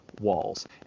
walls